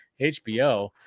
HBO